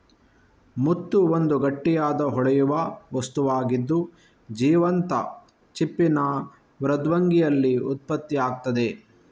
ಮುತ್ತು ಒಂದು ಗಟ್ಟಿಯಾದ, ಹೊಳೆಯುವ ವಸ್ತುವಾಗಿದ್ದು, ಜೀವಂತ ಚಿಪ್ಪಿನ ಮೃದ್ವಂಗಿಯಲ್ಲಿ ಉತ್ಪತ್ತಿಯಾಗ್ತದೆ